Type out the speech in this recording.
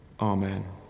Amen